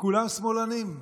כולם שמאלנים.